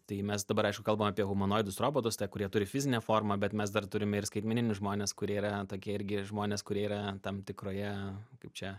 tai mes dabar aišku kalbam apie humanoidus robotus tie kurie turi fizinę formą bet mes dar turime ir skaitmeninius žmones kurie yra tokie irgi žmonės kurie yra tam tikroje kaip čia